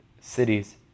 cities